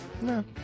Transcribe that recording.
No